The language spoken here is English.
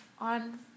on